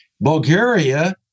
Bulgaria